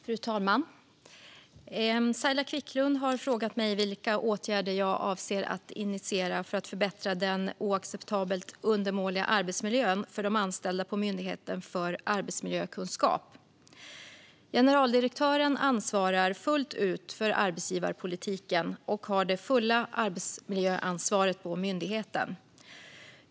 Fru talman! Saila Quicklund har frågat mig vilka åtgärder jag avser att initiera för att förbättra den oacceptabelt undermåliga arbetsmiljön för de anställda på Myndigheten för arbetsmiljökunskap. Generaldirektören ansvarar fullt ut för arbetsgivarpolitiken och har det fulla arbetsmiljöansvaret på myndigheten.